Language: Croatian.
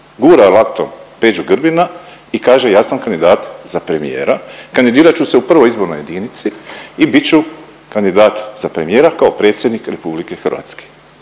gura laktom Peđu Grbina i kaže ja sam kandidat za premijera, kandidirat ću se u I. izbornoj jedinici i bit ću kandidat za premijera kao predsjednik RH.